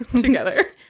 together